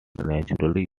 naturally